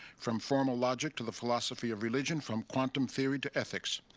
from formal logic to the philosophy of religion, from quantum theory to ethics.